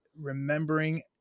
remembering